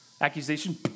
Accusation